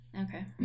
Okay